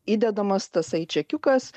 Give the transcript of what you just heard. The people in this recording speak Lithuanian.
įdedamas tasai čekiukas